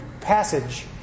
passage